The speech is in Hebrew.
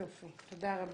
יופי, תודה רבה.